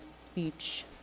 speech